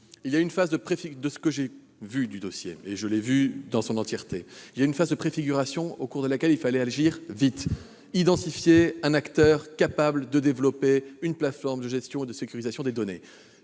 il y a eu une phase de préfiguration au cours de laquelle il a fallu agir vite pour identifier un acteur capable de développer une plateforme de gestion et de sécurisation des données.